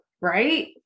right